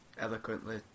eloquently